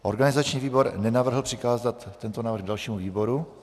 Organizační výbor nenavrhl přikázat tento návrh dalšímu výboru.